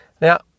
Now